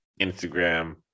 Instagram